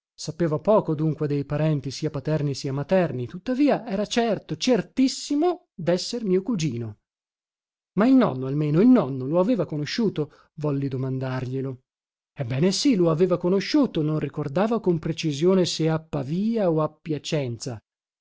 sapeva poco dunque dei parenti sia paterni sia materni tuttavia era certo certissimo desser mio cugino ma il nonno almeno il nonno lo aveva conosciuto volli domandarglielo ebbene sì lo aveva conosciuto non ricordava con precisione se a pavia o a piacenza